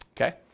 Okay